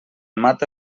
mata